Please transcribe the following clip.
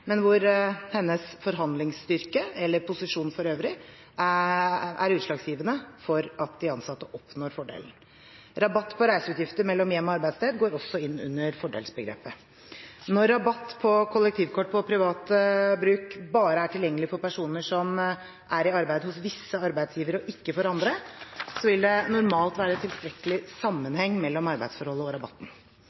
men hvor hennes forhandlingsstyrke eller posisjon for øvrig er utslagsgivende for at de ansatte oppnår fordelen. Rabatt på reiseutgifter mellom hjem og arbeidssted går også inn under fordelsbegrepet. Når rabatt på kollektivkort til privat bruk bare er tilgjengelig for personer som er i arbeid hos visse arbeidsgivere og ikke for andre, vil det normalt være tilstrekkelig sammenheng mellom arbeidsforholdet og rabatten.